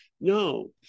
No